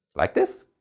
like this?